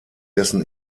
dessen